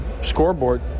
scoreboard